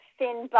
thin